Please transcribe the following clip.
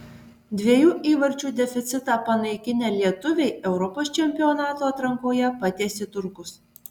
dviejų įvarčių deficitą panaikinę lietuviai europos čempionato atrankoje patiesė turkus